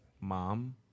mom